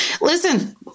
listen